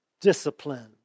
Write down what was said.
discipline